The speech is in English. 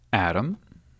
Adam